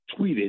tweeted